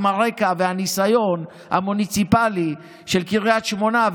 עם הרקע והניסיון המוניציפלי של קריית שמונה,